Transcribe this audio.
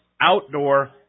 outdoor